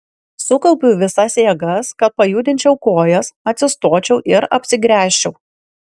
sukaupiu visas jėgas kad pajudinčiau kojas atsistočiau ir apsigręžčiau